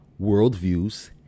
worldviews